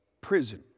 prison